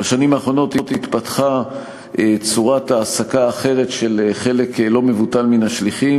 בשנים האחרונות התפתחה צורת העסקה אחרת של חלק לא מבוטל מן השליחים,